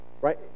right